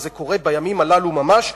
וזה קורה בימים האלה ממש,